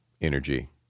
energy